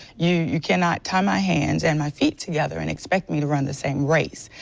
you you cannot tie my hands and my feet together and expect me to run the same rate.